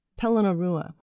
Pelinarua